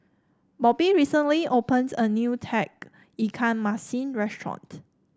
Bobbye recently opened a new Tauge Ikan Masin restaurant